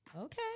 Okay